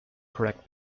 correct